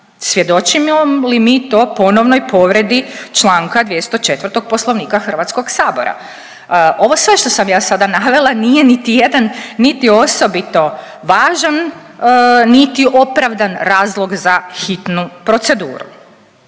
Svjedočimo li mi to ponovnoj povredi Članka 204. Poslovnika Hrvatskog sabora? Ovo sve što sam ja sada navela nije niti jedan, niti osobito važan niti opravdan razlog za hitnu proceduru.